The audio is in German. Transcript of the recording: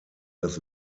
das